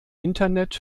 internet